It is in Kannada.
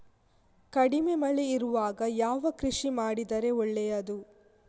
ಕಡಿಮೆ ಮಳೆ ಇರುವಾಗ ಯಾವ ಕೃಷಿ ಮಾಡಿದರೆ ಒಳ್ಳೆಯದು?